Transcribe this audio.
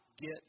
get